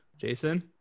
Jason